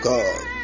God